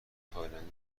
تایلندی